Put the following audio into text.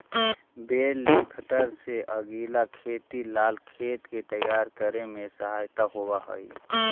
बेल lifter से अगीला खेती ला खेत के तैयार करे में सहायता होवऽ हई